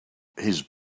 his